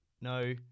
no